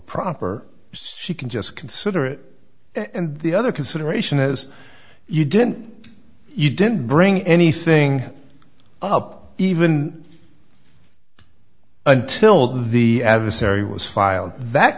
proper she can just consider it and the other consideration is you didn't you didn't bring anything up even until the adversary was filed that